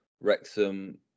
Wrexham